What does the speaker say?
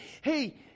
hey